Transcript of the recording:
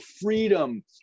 freedom